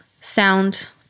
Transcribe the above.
sound